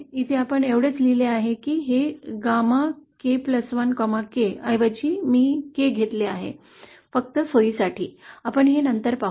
इथे आपण एवढेच लिहिले आहे की हे GAMA K1K ऐवजी मी K घेतल आहे फक्त सोयीसाठी आपण हे नंतर पाहू